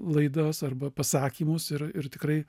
laidos arba pasakymus ir ir tikrai